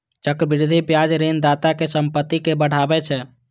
चक्रवृद्धि ब्याज ऋणदाताक संपत्ति कें बढ़ाबै छै